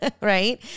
right